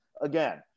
again